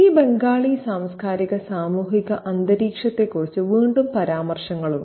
ഈ ബംഗാളി സാംസ്കാരിക സാമൂഹിക അന്തരീക്ഷത്തെക്കുറിച്ച് വീണ്ടും പരാമർശങ്ങളുണ്ട്